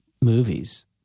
movies